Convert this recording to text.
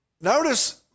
Notice